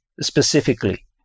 specifically